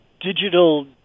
digital